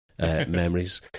memories